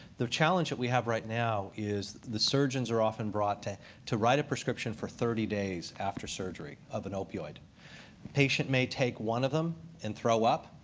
the challenge that we have right now is the surgeons are often brought to to write a prescription for thirty days after surgery, of an opioid. the patient may take one of them and throw up,